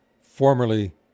formerly